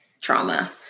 trauma